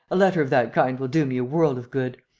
a letter of that kind will do me a world of good.